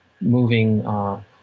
moving –